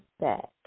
back